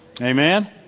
Amen